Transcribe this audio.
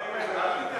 לאבותינו ולנו.